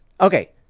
okay